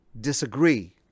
disagree